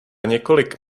několik